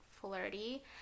flirty